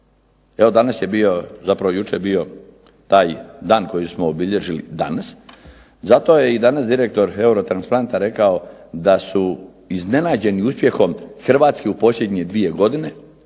evo danas je bio, zapravo jučer je bio taj dan koji smo obilježili danas, zato je i danas direktor Eurotransplanta rekao da su iznenađeni uspjehom Hrvatske u posljednje dvije godine